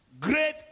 Great